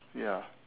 ya